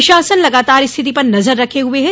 प्रशासन लगातार स्थिति पर नजर रखे हुए हैं